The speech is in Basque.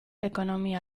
ekonomia